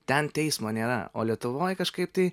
ten teismo nėra o lietuvoje kažkaip tai